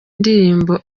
ndirimbo